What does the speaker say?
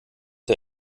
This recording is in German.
der